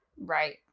right